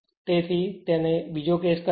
તેથી તેને બીજા કેસ કહે છે